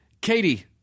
Katie